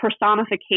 personification